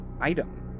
item